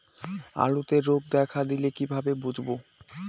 আলুতে রোগ দেখা দিলে কিভাবে বুঝবো?